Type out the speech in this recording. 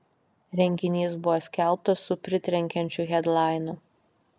renginys buvo skelbtas su pritrenkiančiu hedlainu